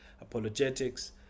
apologetics